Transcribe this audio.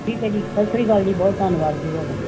ਠੀਕ ਹੈ ਜੀ ਸਤਿ ਸ਼੍ਰੀ ਅਕਾਲ ਜੀ ਬਹੁਤ ਧੰਨਵਾਦ ਜੀ ਤੁਹਾਡਾ